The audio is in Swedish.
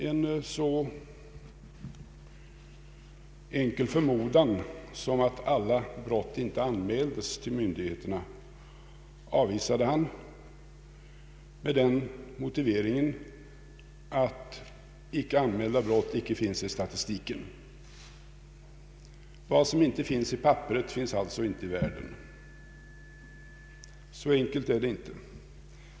En så enkel förmodan som att alla brott inte anmäles till myndigheterna avvisade han med den motiveringen att icke anmälda brott icke finns i statistiken. Vad som inte finns på papperet finns alltså inte i världen. Så enkelt är det inte.